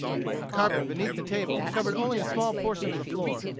the carpet beneath the table covered only a small portion of the floor,